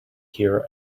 here